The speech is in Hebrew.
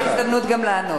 תהיה לך ההזדמנות גם לענות.